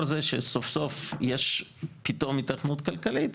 זה שסוף-סוף יש פתאום היתכנות כלכלית,